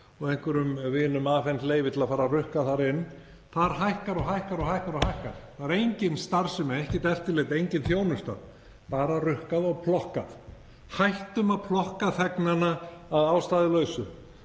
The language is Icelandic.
og einhverjum vinum afhent leyfi til að fara að rukka þar inn. Það hækkar og hækkar. Það er engin starfsemi, ekkert eftirlit, engin þjónusta, bara rukkað og plokkað. Hættum að plokka þegnana að ástæðulausu.